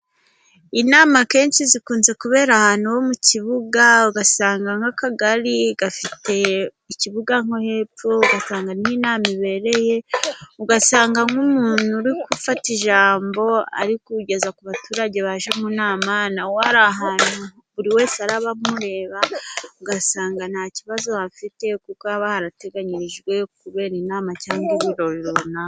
Inama akenshi zikunze kubera ahantu ho mu kibuga ugasanga nk'akagari gafite ikibuga hepfo, ugasanga n'inama niho ibereye. Ugasanga nk'umuntu uri gufata ijambo arikugeza ku baturage baje mu nama ari ahantu buri wese arabamureba. Ugasanga nta kibazo afite kuko aba harateganyirijwe kubera inama.